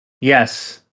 Yes